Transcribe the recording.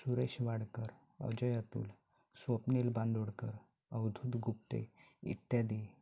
सुरेश वाडकर अजय अतुल स्वप्नील बांदोडकर अवधुध गुप्ते इत्यादी